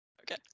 Okay